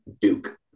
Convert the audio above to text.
Duke